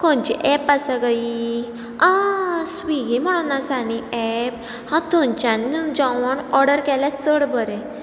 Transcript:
खंयचें एप आसा गाय आ स्विगी म्हणून आसा न्ही एप हांव थंयच्यान जेवण ऑर्डर केल्यार चड बरें